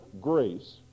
grace